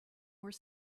were